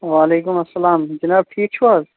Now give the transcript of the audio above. وعلیکُم اسلام جِناب ٹھیٖک چھُو حظ